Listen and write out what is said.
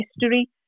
history